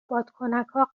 بادکنکا